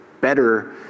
better